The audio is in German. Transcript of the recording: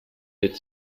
geht